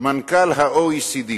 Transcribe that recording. מזכ"ל ה-OECD,